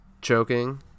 choking